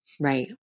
right